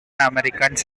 americans